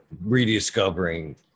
rediscovering